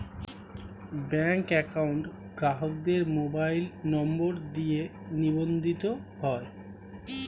bank account গ্রাহকের mobile number দিয়ে নিবন্ধিত হয়